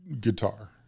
guitar